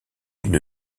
une